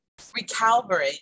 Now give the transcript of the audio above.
recalibrate